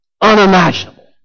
unimaginable